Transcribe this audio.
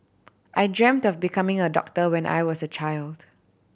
I dreamt of becoming a doctor when I was a child